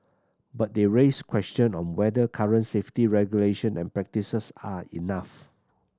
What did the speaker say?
but they raise question on whether current safety regulation and practices are enough